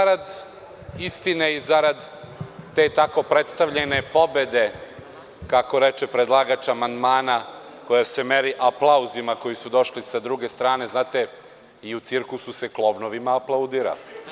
Zarad istine i zarad te tako predstavljene pobede, kako reče predlagač amandmana, koja se meri aplauzima koji su došli sa druge strane, znate, i u cirkusu se klovnovima aplaudira.